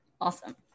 Awesome